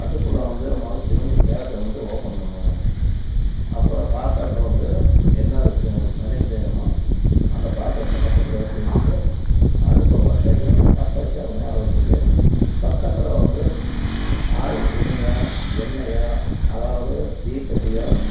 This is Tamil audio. அடுப்பில் வந்து முத சிலிண்ட்ர் கேஸ் வந்து ஓப்பன் பண்ணுனும் அப்புறம் பாத்திரத்த வந்து என்ன சமையல் செய்கிறமோ அந்த பாத்திரத்த பக்கத்தில் எடுத்து வச்சுகிட்டு அடுப்பு பற்ற வைக்கணும் பற்ற வச்சு அது மேல் வச்சிகிட்டு பக்கத்தில் வந்து ஆயில் துணியோ எண்ணெயோ அதாவது தீப்பெட்டியோ